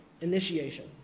Initiation